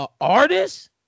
artist